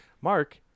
Mark